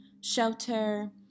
shelter